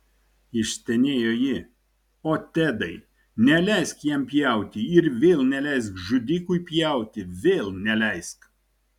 išstenėjo ji o tedai neleisk jam pjauti ir vėl neleisk žudikui pjauti vėl neleisk